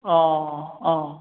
অঁ অঁ অঁ অঁ অঁ